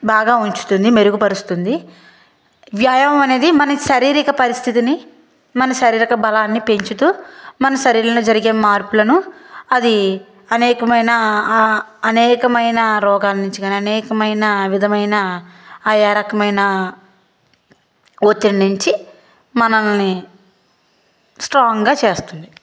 బాగా ఉంచుతుంది మెరుగుపరుస్తుంది వ్యాయామం అనేది మన శారీరక పరిస్థితిని మన శరీరక బలాన్ని పెంచుతూ మన శరీరంలో జరిగే మార్పులను అది అనేకమైన అనేకమైన రోగాల నుంచి కానీ అనేకమైన విధమైన ఆయారకమైన ఒత్తిడి నించి మనల్ని స్ట్రాంగ్గా చేస్తుంది